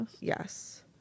yes